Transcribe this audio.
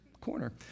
Corner